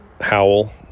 howl